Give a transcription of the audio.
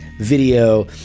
video